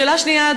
שאלה שנייה,